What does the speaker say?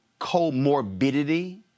comorbidity